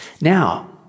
Now